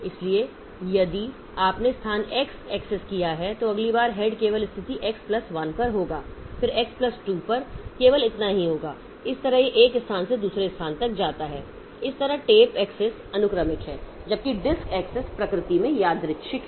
इसलिए यदि आपने स्थान x एक्सेस किया है तो अगली बार हेड केवल स्थिति x प्लस 1 पर होगा फिर x प्लस 2 पर केवल इतना ही होगा इस तरह यह एक स्थान से दुसरे स्थान तक जाता है इस तरह टेप एक्सेस अनुक्रमिक है जबकि डिस्क एक्सेस प्रकृति में यादृच्छिक है